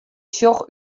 sjoch